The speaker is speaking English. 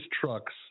trucks